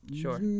Sure